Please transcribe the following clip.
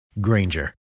Granger